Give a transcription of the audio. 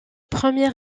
premier